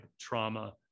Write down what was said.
trauma